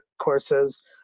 courses